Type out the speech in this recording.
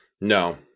No